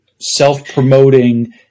self-promoting